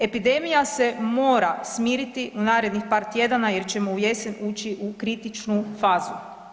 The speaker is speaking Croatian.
Epidemija se mora smiriti u narednih par tjedana jer ćemo u jesen ući u kritičnu fazu.